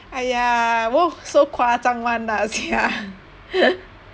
!aiya! won't so 夸张 [one] lah sia